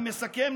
אני מסכם.